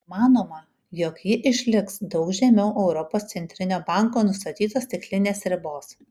manoma jog ji išliks daug žemiau europos centrinio banko nustatytos tikslinės ribos